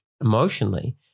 emotionally